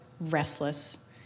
restless